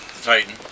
Titan